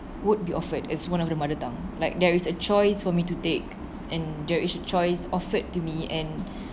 would be offered as one of the mother tongue like there is a choice for me to take and there is a choice offered to me and